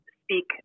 Speak